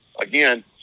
again